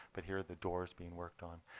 but here are the doors being worked on.